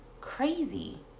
crazy